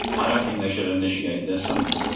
i don't think they should initiate their sons.